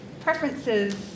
preferences